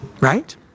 right